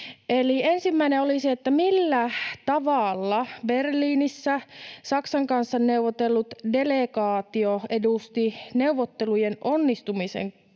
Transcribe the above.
Ensimmäinen olisi, että millä tavalla Berliinissä Saksan kanssa neuvotellut delegaatio edusti neuvottelujen onnistumisen kannalta